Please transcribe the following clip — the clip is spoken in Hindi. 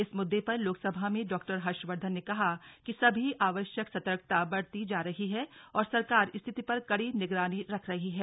इस मुद्दे पर लोकसभा में डॉ हर्षवर्धन ने कहा कि सभी आवश्यक सतर्कता बरती जा रही है और सरकार स्थिति पर कड़ी निगरानी रख रही है